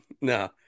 no